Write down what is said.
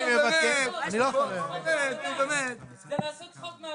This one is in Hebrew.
--- זה לעשות צחוק מהעבודה.